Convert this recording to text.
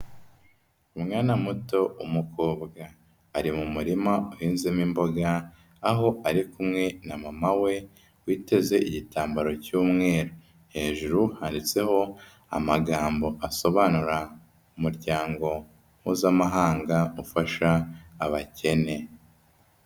Umwana muto w'umukobwa ari mu murima uhezemo imboga aho ari kumwe na mama we witeze igitambaro cy'umweru, hejuru handitseho amagambo asobanura Umuryango Mpuzamahanga ufasha abakene.